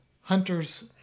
Hunter's